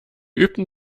üben